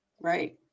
Right